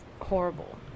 horrible